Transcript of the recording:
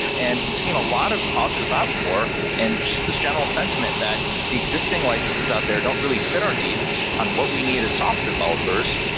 and we've seen a lot of positive outpour and just this general sentiment that the existing licenses out there don't really fit our needs on what we need as software developers.